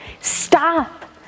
Stop